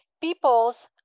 peoples